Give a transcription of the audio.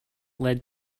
led